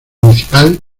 municipal